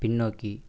பின்னோக்கி